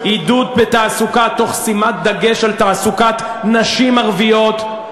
עידוד בתעסוקה תוך שימת דגש על תעסוקת נשים ערביות.